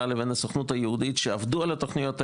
לבין הסוכנות היהודית שעבדו על התוכניות האלה.